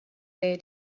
their